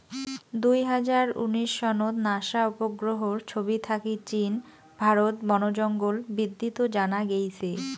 দুই হাজার উনিশ সনত নাসা উপগ্রহর ছবি থাকি চীন, ভারত বনজঙ্গল বিদ্ধিত জানা গেইছে